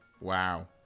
Wow